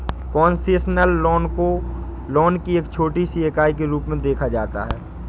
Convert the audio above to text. concessional loan को loan की एक छोटी सी इकाई के रूप में देखा जाता है